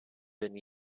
been